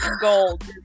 Gold